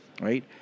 right